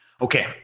Okay